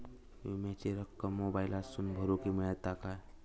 विमाची रक्कम मोबाईलातसून भरुक मेळता काय?